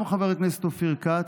גם חבר הכנסת אופיר כץ,